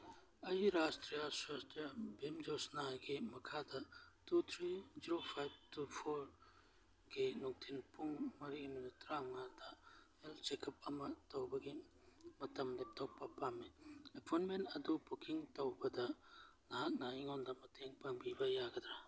ꯑꯩꯒꯤ ꯔꯥꯁꯇ꯭ꯔꯤꯌꯥ ꯁ꯭ꯋꯥꯁꯇꯤꯌꯥ ꯚꯤꯝ ꯌꯣꯖꯅꯥꯒꯤ ꯃꯈꯥꯗ two three zero five two ꯐꯣꯔꯒꯤ ꯅꯨꯡꯊꯤꯟ ꯄꯨꯡ ꯃꯔꯤ ꯃꯤꯅꯠ ꯇꯔꯥꯃꯉꯥꯗ ꯍꯦꯜꯠ ꯆꯦꯀꯞ ꯑꯃ ꯇꯧꯕꯒꯤ ꯃꯇꯝ ꯂꯦꯞꯊꯣꯛꯄ ꯄꯥꯝꯃꯤ ꯑꯄꯣꯏꯟꯃꯦꯟ ꯑꯗꯨ ꯕꯨꯀꯤꯡ ꯇꯧꯕꯗ ꯅꯍꯥꯛꯅ ꯑꯩꯉꯣꯟꯗ ꯃꯇꯦꯡ ꯄꯥꯡꯕꯤꯕ ꯌꯥꯒꯗ꯭ꯔ